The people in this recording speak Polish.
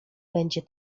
będzie